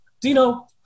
Dino